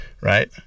right